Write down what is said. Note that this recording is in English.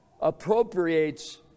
appropriates